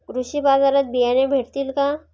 कृषी बाजारात बियाणे भेटतील का?